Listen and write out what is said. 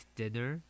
dinner